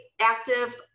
active